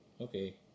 Okay